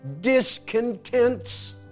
discontents